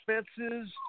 expenses